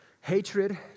Hatred